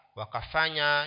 wakafanya